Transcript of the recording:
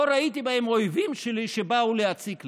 לא ראיתי בהם אויבים שלי שבאו להציק לי.